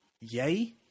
yay